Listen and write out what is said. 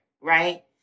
right